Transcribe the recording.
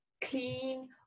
clean